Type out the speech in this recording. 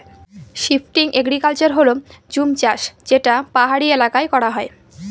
shifting agriculture হল জুম চাষ যেটা পাহাড়ি এলাকায় করা হয়